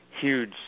huge